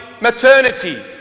Maternity